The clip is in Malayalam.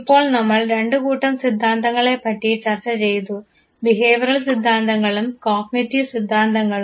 ഇപ്പോൾ നമ്മൾ രണ്ടു കൂട്ടം സിദ്ധാന്തങ്ങളെ പറ്റി ചർച്ച ചെയ്തു ബിഹേവിയറൽ സിദ്ധാന്തങ്ങളും കോഗ്നിറ്റീവ് സിദ്ധാന്തങ്ങളും